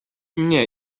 mnie